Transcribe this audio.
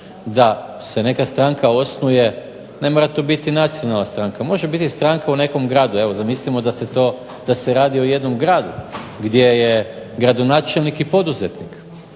da se neka stranka osnuje, ne mora to biti nacionalna stranka, može biti stranka u nekom gradu. Evo zamislimo da se radi o jednom gradu gdje je gradonačelnik i poduzetnik